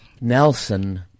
Nelson